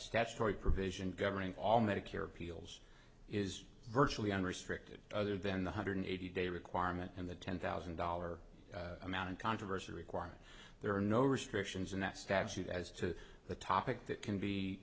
statutory provision governing all medicare appeals is virtually unrestricted other than one hundred eighty day requirement and the ten thousand dollar amount of controversy required there are no restrictions in that statute as to the topic that can be